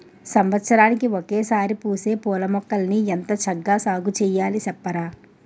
సంవత్సరానికి ఒకసారే పూసే పూలమొక్కల్ని ఎంత చక్కా సాగుచెయ్యాలి సెప్పరా?